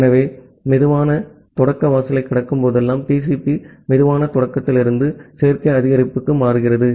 ஆகவே slow start window கடக்கும்போதெல்லாம் TCP slow ஸ்டார்ட்த்திலிருந்து சேர்க்கை அதிகரிப்புக்கு மாறுகிறது